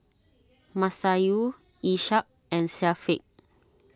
Masayu Ishak and Syafiq